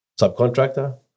subcontractor